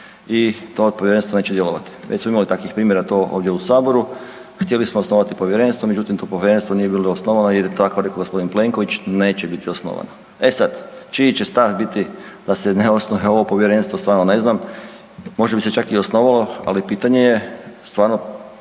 i to povjerenstvo neće djelovati. Već smo imali takvih primjera to ovdje u saboru, htjeli smo osnovati povjerenstvo međutim tu povjerenstvo nije bilo osnovano jer tako rekao gospodin Plenković neće biti osnovano. E sad čiji će stav biti da se ne osnuje ovo povjerenstvo stvarno ne znam, možda bi se čak i osnovalo ali pitanje je, stvarno